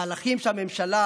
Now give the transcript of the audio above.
המהלכים שהממשלה